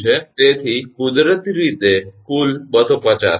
તેથી કુદરતી રીતે કુલ 250 છે